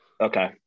okay